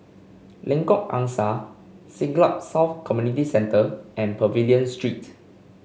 Lengkok Angsa Siglap South Community Centre and Pavilion Street